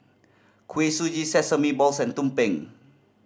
Kuih Suji sesame balls and tumpeng